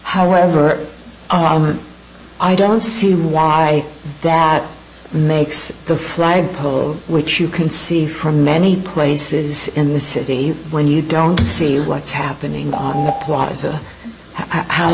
however armored i don't see why that makes the flag pole which you can see from many places in the city when you down to see what's happening how